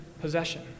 possession